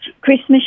Christmas